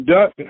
Duck